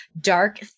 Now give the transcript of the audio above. dark